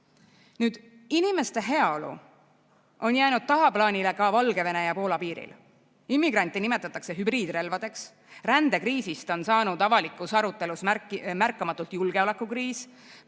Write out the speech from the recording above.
Nüüd, inimeste heaolu on jäänud tagaplaanile ka Valgevene ja Poola piiril. Immigrante nimetatakse hübriidrelvadeks, rändekriisist on saanud avalikus arutelus märkamatult julgeolekukriis,